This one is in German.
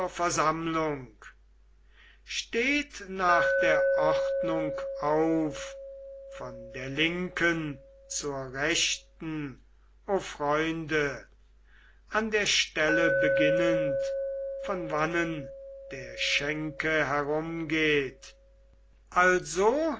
versammlung steht nach der ordnung auf von der linken zur rechten o freunde an der stelle beginnend von wannen der schenke herumgeht also